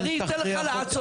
אני אתן לך דוגמה.